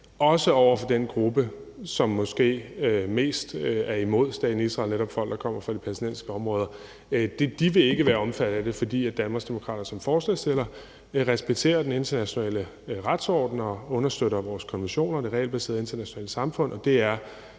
også over for den gruppe, som måske mest er imod staten Israel, nemlig folk, der kommer fra de palæstinensiske områder. De vil ikke være omfattet af det, fordi Danmarksdemokraterne som forslagsstillere respekterer den internationale retsorden og understøtter vores konventioner og det regelbaserede internationale samfund, og det er